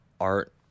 art